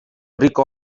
rico